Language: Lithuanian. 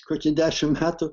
kokį dešimt metų